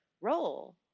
role